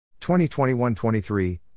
2021-23